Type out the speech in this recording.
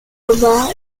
omar